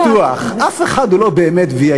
שדבר אחד בטוח: אף אחד הוא לא באמת VIP,